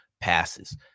passes